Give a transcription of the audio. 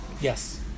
Yes